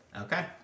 Okay